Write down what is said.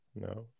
No